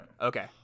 Okay